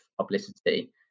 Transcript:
publicity